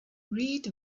read